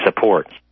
support